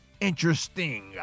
interesting